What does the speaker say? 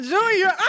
Junior